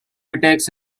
attacks